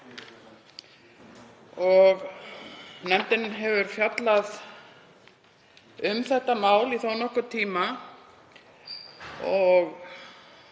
Nefndin hefur fjallað um þetta mál í þó nokkurn tíma og